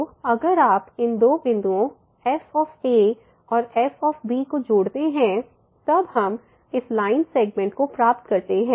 तो अगर आप इन दो बिंदुओं f और f को जोड़ते हैं तब हम इस लाइन सेगमेंट को प्राप्त करते हैं